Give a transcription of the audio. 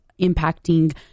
impacting